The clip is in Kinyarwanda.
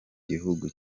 gihugu